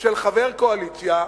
של חבר קואליציה,